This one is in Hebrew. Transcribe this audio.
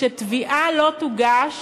שתביעה לא תוגש